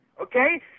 Okay